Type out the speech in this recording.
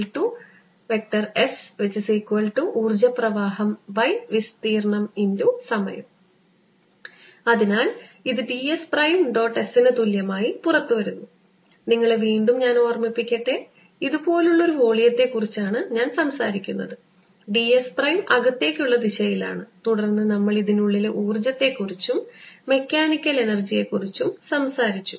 10EBSഊർജ്ജ പ്രവാഹംവിസ്തീർണ്ണം X സമയം അതിനാൽ ഇത് ds പ്രൈം ഡോട്ട് S ന് തുല്യമായി പുറത്തുവരുന്നു നിങ്ങളെ വീണ്ടും ഓർമ്മിപ്പിക്കട്ടെ ഞാൻ ഇതുപോലുള്ള ഒരു വോളിയത്തെക്കുറിച്ചാണ് സംസാരിക്കുന്നത് ds പ്രൈം അകത്തേക്കുള്ള ദിശയിലാണ് തുടർന്ന് നമ്മൾ ഇതിനുള്ളിലെ ഊർജ്ജത്തെക്കുറിച്ചും മെക്കാനിക്കൽ എനർജിയെക്കുറിച്ചും സംസാരിച്ചു